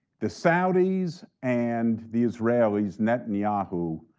the saudis and the israelis, netanyahu,